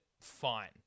fine